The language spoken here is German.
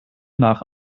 nach